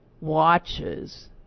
watches